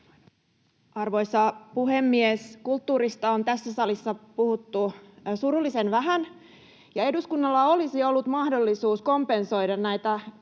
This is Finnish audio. Arvoisa puhemies! Kulttuurista on tässä salissa puhuttu surullisen vähän. Eduskunnalla olisi ollut mahdollisuus kompensoida näitä